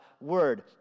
word